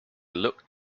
looked